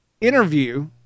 interview